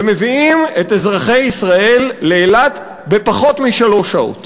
ומביאים את אזרחי ישראל לאילת בפחות משלוש שעות.